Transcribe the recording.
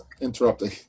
interrupting